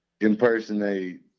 impersonate